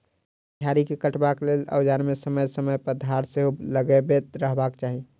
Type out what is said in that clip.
झाड़ी के काटबाक लेल औजार मे समय समय पर धार सेहो लगबैत रहबाक चाही